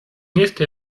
este